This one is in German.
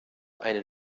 einen